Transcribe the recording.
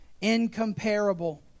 incomparable